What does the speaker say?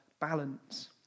balance